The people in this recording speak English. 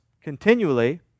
continually